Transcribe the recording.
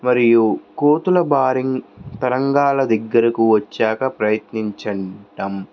మరియు కోతుల భారీ తరంగాల దగ్గరకు వచ్చాక ప్రయత్నించడం